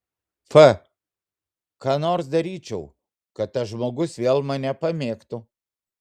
f ką nors daryčiau kad tas žmogus vėl mane pamėgtų